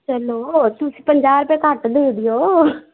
ਚੱਲੋ ਤੁਸੀਂ ਪੰਜਾਹ ਰੁਪਏ ਘੱਟ ਦੇ ਦਿਓ